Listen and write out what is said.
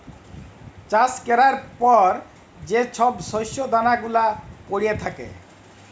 চাষ ক্যরার পর যে ছব শস্য দালা গুলা প্যইড়ে থ্যাকে